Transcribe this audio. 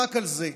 רק על זה.